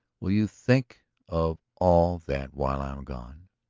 will you think of all that while i am gone?